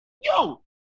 Yo